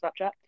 Snapchat